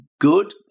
good